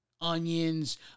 Onions